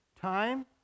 time